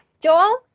Joel